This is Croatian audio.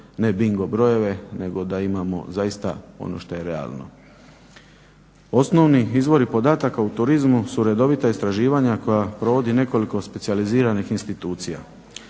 ne bingo brojeve nego da imamo zaista ono što je realno. Osnovni izvori podataka u turizmu su redovita istraživanja koja provodi nekoliko specijaliziranih institucija.